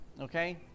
Okay